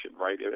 Right